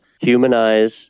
humanize